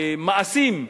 המעשים,